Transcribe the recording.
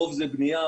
הרוב לבנייה,